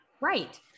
right